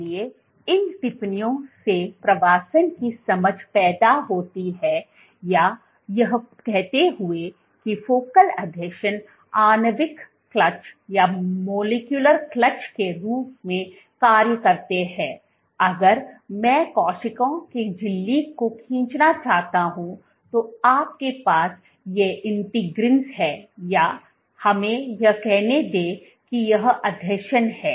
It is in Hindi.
इसलिए इन टिप्पणियों से प्रवासन की समझ पैदा होती है या यह कहते हुए कि फोकल आसंजन आणविक क्लच molecular clutchके रूप में कार्य करते हैं अगर मैं कोशिका के झिल्ली को खींचना चाहता हूं तो आपके पास ये एकीकरण हैं या हमें यह कहने दें की यह आसंजन है